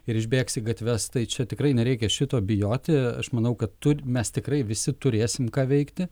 ir išbėgs į gatves tai čia tikrai nereikia šito bijoti aš manau kad mes tikrai visi turėsim ką veikti